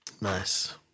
Nice